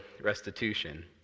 restitution